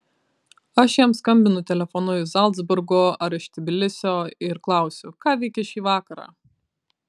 aš jam skambinu telefonu iš zalcburgo ar iš tbilisio ir klausiu ką veiki šį vakarą